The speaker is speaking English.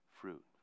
fruit